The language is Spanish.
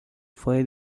fue